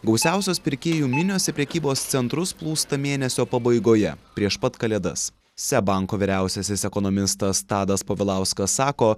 gausiausios pirkėjų minios į prekybos centrus plūsta mėnesio pabaigoje prieš pat kalėdas seb banko vyriausiasis ekonomistas tadas povilauskas sako